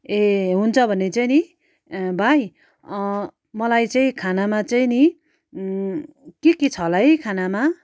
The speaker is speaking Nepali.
ए हुन्छ भने चाहिँ नि भाइ मलाई चाहिँ खानामा चाहिँ नि के के छ होला है खानामा